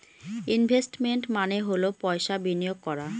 investment মানে হল পয়সা বিনিয়োগ করা